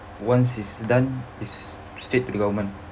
once it's done it's to government